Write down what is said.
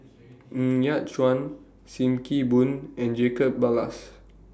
Ng Yat Chuan SIM Kee Boon and Jacob Ballas